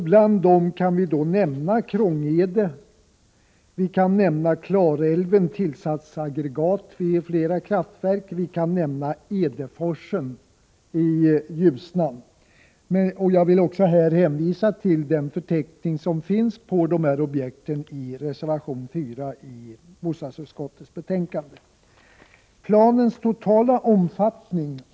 Bland dem kan vi nämna Krångede, Klarälven -— tillsatsaggregat vid flera kraftverk — och Edeforsen i Ljusnan. Jag vill också hänvisa till den förteckning över dessa objekt som finns i reservation 4 till bostadsutskottets betänkande.